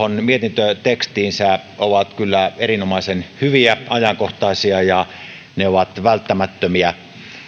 mietintötekstiinsä ovat kyllä erinomaisen hyviä ja ajankohtaisia ja ne ovat välttämättömiä